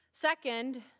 Second